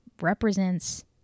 represents